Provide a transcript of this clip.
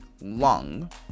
lung